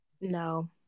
No